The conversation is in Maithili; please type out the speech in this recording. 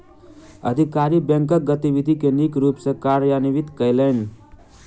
अधिकारी बैंकक गतिविधि के नीक रूप सॅ कार्यान्वित कयलैन